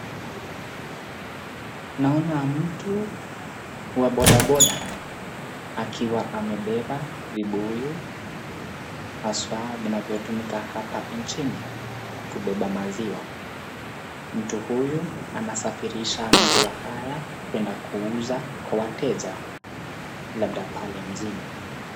Naona mtu wa boda boda, akiwa amebeba vibuyu, haswa vinavyotumika hapa nchini kubeba maziwa, mtu huyu anasafirisha maziwa haya kwenda kuuza kwa wateja, labda pale mjini.